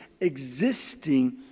existing